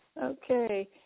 Okay